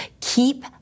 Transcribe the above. Keep